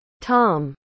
Tom